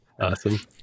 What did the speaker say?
Awesome